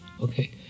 Okay